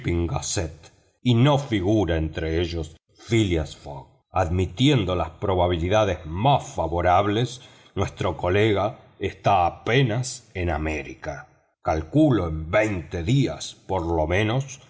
y no figura entre ellos phileas fogg admitiendo las probabilidades más favorables nuestro colega está apenas en américa calculo en veinte días por lo menos